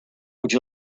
would